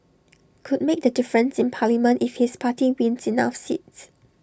could make the difference in parliament if his party wins enough seats